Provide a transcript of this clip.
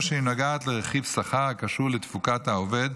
או שהיא נוגעת לרכיב שכר הקשור לתפוקת העובד,